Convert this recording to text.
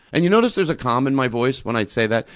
and you notice there's a calm in my voice when i say that,